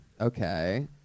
Okay